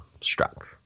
struck